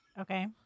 Okay